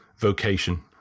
vocation